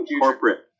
Corporate